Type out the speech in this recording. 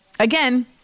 Again